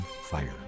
Fire